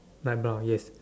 light brown yes